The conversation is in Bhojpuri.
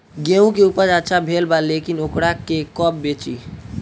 गेहूं के उपज अच्छा भेल बा लेकिन वोकरा के कब बेची?